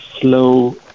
slow